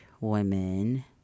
women